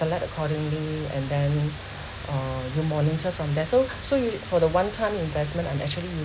select accordingly and then uh will monitor from that so so for the one time investment I'm actually